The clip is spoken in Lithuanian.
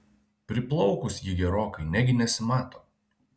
priplaukus ji gerokai negi nesimato